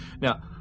Now